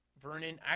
Vernon –